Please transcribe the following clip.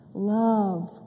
love